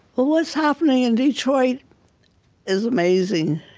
what's happening in detroit is amazing.